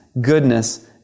goodness